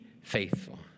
faithful